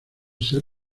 ser